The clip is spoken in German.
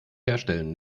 herstellen